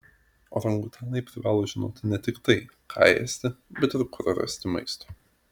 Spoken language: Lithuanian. orangutanai privalo žinoti ne tik tai ką ėsti bet ir kur rasti maisto